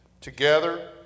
Together